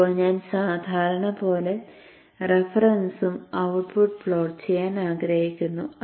ഇപ്പോൾ ഞാൻ സാധാരണ പോലെ റഫറൻസും ഔട്ട്പുട്ടും പ്ലോട്ട് ചെയ്യാൻ ആഗ്രഹിക്കുന്നു